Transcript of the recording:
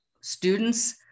Students